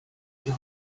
job